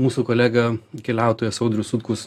mūsų kolega keliautojas audrius sutkus